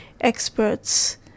experts